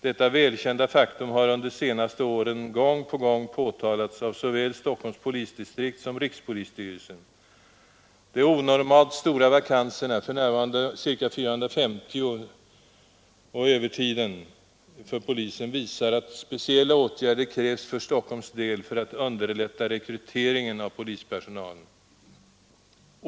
Detta välkända faktum har under de senaste åren gång på gång påtalats av såväl Stockholms polisdistrikt som Rikspolisstyrelsen. De onormalt stora vakanserna — för närvarande ca 450 — och övertiden visar att speciella irder krävs för Stockholms del för att underlätta rekryteringen av polispersonalen.